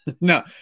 no